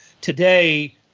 today